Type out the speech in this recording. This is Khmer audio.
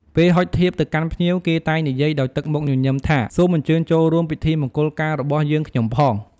ពេលហុចធៀបទៅកាន់ភ្ញៀវ គេតែងនិយាយដោយទឹកមុខញញឹមថា សូមអញ្ចើញចូលរួមពិធីមង្គលការរបស់យើងខ្ញុំផង។